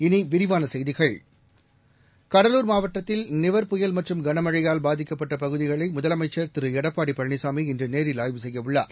இனி விரிவான செய்திகள் கடலூர் மாவட்டத்தில் நிவர் புயல் மற்றும் கனமழையால் பாதிக்கப்பட்ட பகுதிகளை முதலமைச்சர் எடப்பாடி பழனிசாமி இன்று நேரில் ஆய்வு செய்ய உள்ளார்